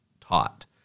taught